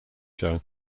show